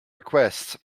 request